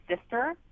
sister